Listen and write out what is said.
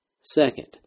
Second